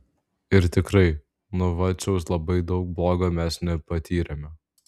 ir tikrai nuo vaciaus labai daug bloga mes nepatyrėme